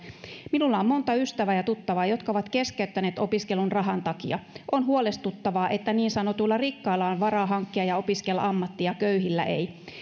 minulla on monta ystävää ja tuttavaa jotka ovat keskeyttäneet opiskelun rahan takia on huolestuttavaa että niin sanotuilla rikkailla on varaa hankkia ja opiskella ammatti ja köyhillä ei